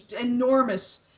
enormous